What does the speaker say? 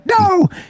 no